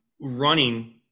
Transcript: running